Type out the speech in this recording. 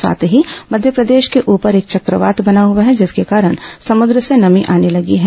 साथ ही मध्यप्रदेश के ऊपर एक चक्रवात बना हुआ है जिसके कारण सम्रद से नमी आने लगी है